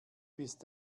bist